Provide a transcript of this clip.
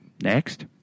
Next